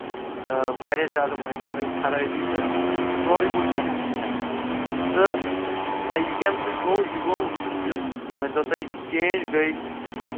واریاہ زیادٕ مٲنۍتو تُہۍ خرٲبی تہٕ سورُے گوٚو تیٚہس نیٚہس تہٕ یہِ کَمہِ سۭتۍ گوٚو یہِ گوٚو یُس مٲنۍتو تُہۍ چیٚنٛج گے